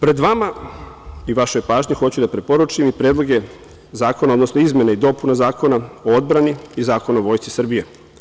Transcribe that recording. Pred vama i vašoj pažnji hoću da preporučim i predloge zakona, odnosno izmene i dopune Zakona o odbrani i Zakona o Vojsci Srbije.